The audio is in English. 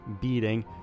beating